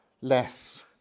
less